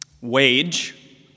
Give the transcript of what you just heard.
wage